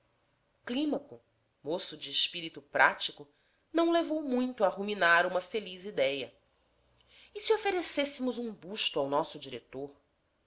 clímaco moço de espírito prático não levou muito a ruminar uma feliz idéia e se oferecêssemos um basto ao nosso diretor